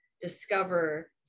discover